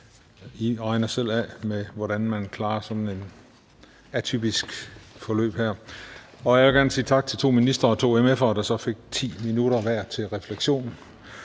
I regner selv af, hvordan man klarer sådan et atypisk forløb her. Jeg vil gerne sige tak til de to ministre og to mf'er, der så fik 10 minutter hver til refleksion.